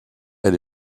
elle